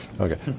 Okay